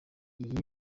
iyi